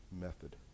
method